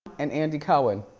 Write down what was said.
and andy cohen.